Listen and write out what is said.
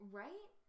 right